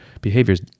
behaviors